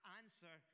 answer